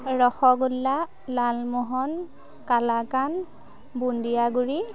ৰসগোল্লা লালমোহন কালাকান বুন্দিয়াগুৰি